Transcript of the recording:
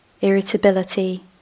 irritability